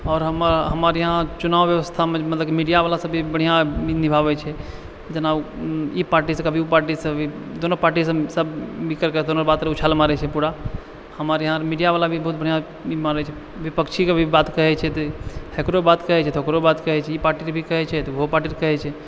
आओर हमर यहाँ चुनाव बेबस्थामे मतलब मीडियावला सब भी बढ़िआँ निभाबै छै जेना ई पार्टीसँ कभी ओ पार्टीसँ दोनो पार्टीसँ सब मिल करिके कोनो बातके उछैल मारै छै पूरा हमर यहाँ मीडियावला भी बहुत बढ़िआँ ई मानै छै विपक्षीके भी बात कहै छै तऽ एकरो बात कहै छै तऽ ओकरो बात कहै छै ई पार्टीके भी कहै छै तऽ ओहो पार्टीके भी कहै छै